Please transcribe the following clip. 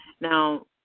now